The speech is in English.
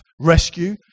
rescue